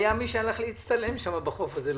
עדיין מתייחסים אליה שונה לחלוטין מאשר לכל יישובי עוטף עזה.